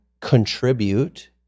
contribute